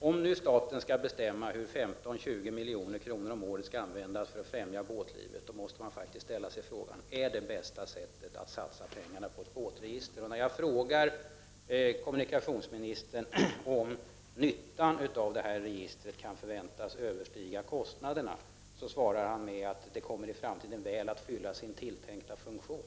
Om nu staten skall bestämma hur 15—20 milj.kr. om året skall användas för att främja båtlivet, måste man faktiskt ställa sig frågan: Är det bästa sättet att satsa pengarna på ett båtregister? När jag frågar kommunikationsministern om nyttan av detta register kan — Prot. 1989/90:34 förväntas överstiga kostnaderna, svarar han med att säga att det i framtiden 28 november 1989 kommer att väl fylla sin tilltänkta funktion.